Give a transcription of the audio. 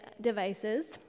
devices